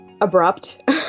abrupt